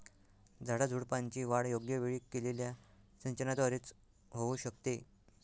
झाडाझुडपांची वाढ योग्य वेळी केलेल्या सिंचनाद्वारे च होऊ शकते